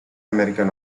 american